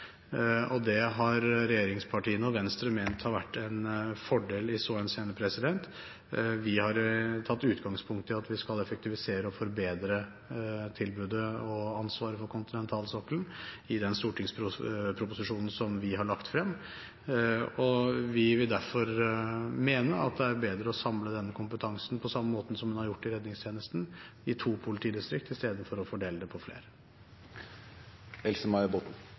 Det har regjeringspartiene og Venstre ment har vært en fordel i så henseende. Vi har tatt utgangspunkt i at vi skal effektivisere og forbedre tilbudet og ansvaret for kontinentalsokkelen i den stortingsproposisjonen som vi har lagt frem. Vi vil derfor mene at det er bedre å samle denne kompetansen på samme måten som en har gjort i redningstjenesten – i to politidistrikt, istedenfor å fordele det på flere.